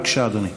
בבקשה, אדוני.